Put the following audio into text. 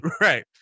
Right